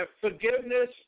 forgiveness